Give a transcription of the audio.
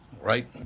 Right